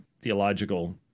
theological